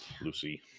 lucy